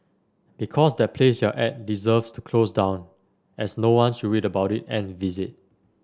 because that place you're at deserves to close down as no one should read about it and visit